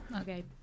Okay